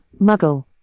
Muggle